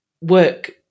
work